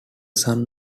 son